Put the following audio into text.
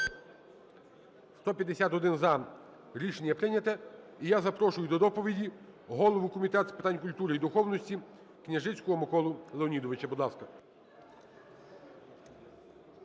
За-151 Рішення прийнято. І я запрошую до доповіді голову Комітету з питань культури і духовності Княжицького Миколу Леонідовича.